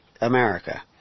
America